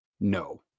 No